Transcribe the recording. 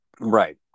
Right